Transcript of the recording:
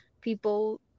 people